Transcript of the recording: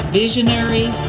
visionary